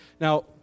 Now